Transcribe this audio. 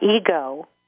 ego